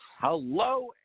hello